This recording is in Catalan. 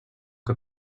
que